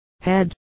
head